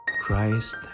Christ